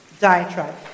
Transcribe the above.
diatribe